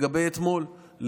לגבי אתמול,